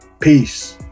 Peace